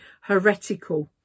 heretical